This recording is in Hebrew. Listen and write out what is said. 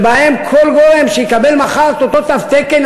שבהם כל גורם שיקבל מחר את אותו תו תקן,